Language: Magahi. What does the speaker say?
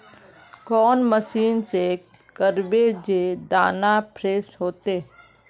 कौन मशीन से करबे जे दाना फ्रेस होते?